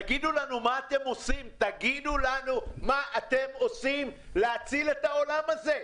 תגידו לנו מה אתם עושים להציל את העולם הזה.